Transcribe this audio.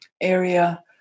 area